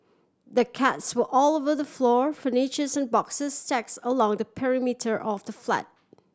the cats were all over the floor furnitures and boxes stacks along the perimeter of the flat